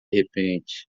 repente